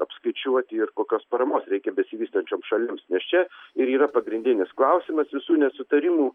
apskaičiuoti ir kokios paramos reikia besivystančioms šalims nes čia ir yra pagrindinis klausimas visų nesutarimų